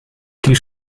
die